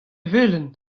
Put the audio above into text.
velen